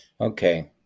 Okay